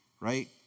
right